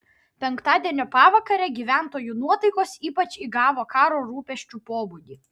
penktadienio pavakare gyventojų nuotaikos ypač įgavo karo rūpesčių pobūdį